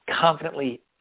confidently